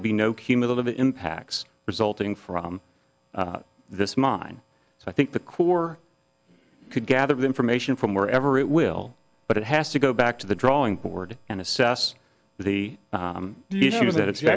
will be no cumulative impacts resulting from this mine so i think the core could gather the information from wherever it will but it has to go back to the drawing board and assess the issues that it's